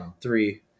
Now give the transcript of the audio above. Three